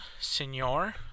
senor